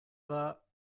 war